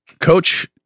Coach